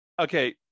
Okay